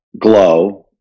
glow